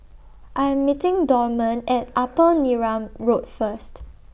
I Am meeting Dorman At Upper Neram Road First